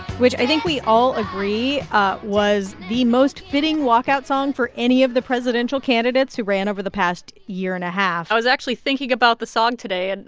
which i think we all agree ah was the most fitting walkout song for any of the presidential candidates who ran over the past year and a half i was actually thinking about the song today. and,